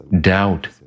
doubt